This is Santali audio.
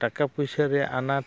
ᱴᱟᱠᱟ ᱯᱩᱭᱥᱟᱹ ᱨᱮᱭᱟᱜ ᱟᱱᱟᱴ